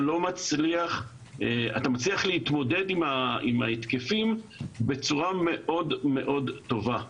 אתה מצליח להתמודד עם התקפי אפילפסיה בצורה מאוד מאוד טובה.